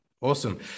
Awesome